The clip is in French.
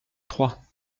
trois